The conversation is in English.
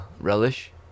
relish